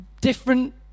different